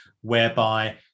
whereby